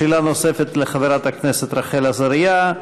שאלה נוספת לחברת הכנסת רחל עזריה.